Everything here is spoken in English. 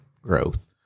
growth